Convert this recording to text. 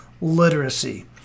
literacy